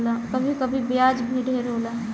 कभी कभी ब्याज भी ढेर होला